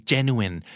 Genuine